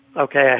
okay